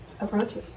approaches